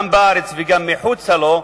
גם בארץ וגם מחוצה לה,